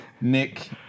Nick